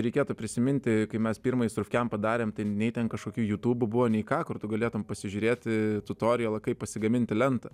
reikėtų prisiminti kai mes pirmąjį surkempą darėm tai nei ten kažkokių jutubų buvo nei ką kur tu galėtum pasižiūrėti tutorijelą kaip pasigaminti lentą